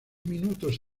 minutos